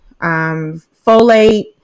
folate